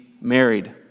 married